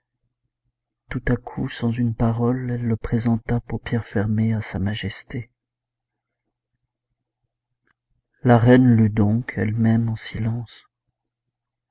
tout à coup sans une parole elle le présenta paupières fermées à sa majesté la reine lut donc elle-même en silence